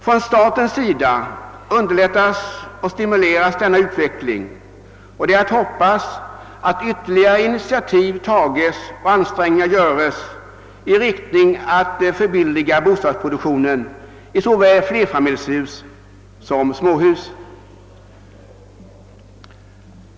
Från statens sida underlättas och stimuleras denna utveckling, och det är att hoppas att ytterligare initiativ tages och ansträngningar göres för att förbilliga produktionen av bostäder i såväl flerfamiljshus som småhus.